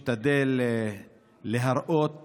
משתדלים להראות